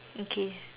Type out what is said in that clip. okay